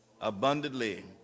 abundantly